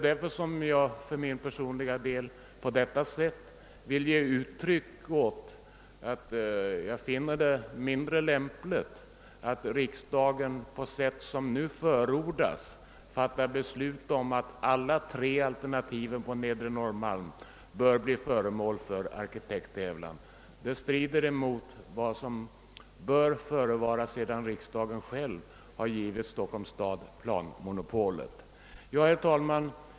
Därför vill jag personligen på detta sätt ge uttryck åt att jag finner det mindre lämpligt att riksdagen på sätt som nu förordas fattar beslut om att alla tre alternativen på Nedre Norrmalm bör bli föremål för en arkitekttävling. Det strider mot vad som bör förevara sedan riksdagen själv givit Stockholms stad planmonopol. Herr talman!